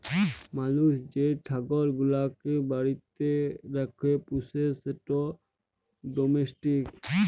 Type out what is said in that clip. মালুস যে ছাগল গুলাকে বাড়িতে রাখ্যে পুষে সেট ডোমেস্টিক